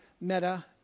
Meta